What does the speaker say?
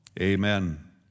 Amen